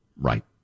Right